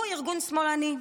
הוא ארגון שמאלני,